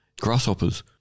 grasshoppers